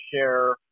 share